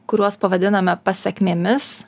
kuriuos pavadiname pasekmėmis